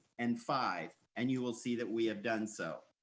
and five, and you will see that we have done so.